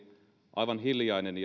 aivan hiljainen